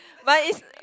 but is